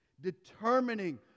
determining